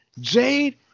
Jade